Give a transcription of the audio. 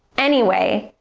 anyway,